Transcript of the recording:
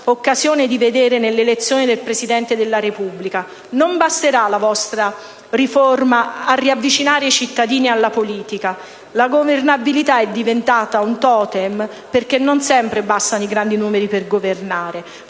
occasione di vedere durante l'elezione del Presidente della Repubblica. Non basterà la vostra riforma a riavvicinare i cittadini alla politica. La governabilità è diventata un *totem* perché non sempre bastano i grandi numeri per governare,